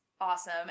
Awesome